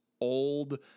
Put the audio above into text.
old